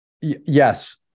yes